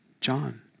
John